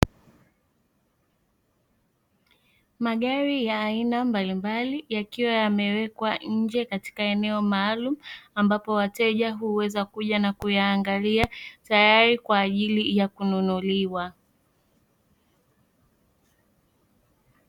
Magari ya aina mbalimbali yakiwa yamewekwa nje katika eneo maalum, ambapo wateja huweza kuja na kuyaangalia tayari kwa ajili ya kununuliwa.